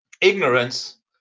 ignorance